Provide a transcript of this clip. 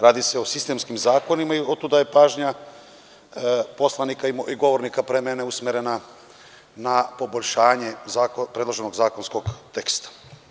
Radi se o sistemskim zakonima i otuda je pažnja poslanika i govornika pre mene usmerena na poboljšanje predloženog zakonskog teksta.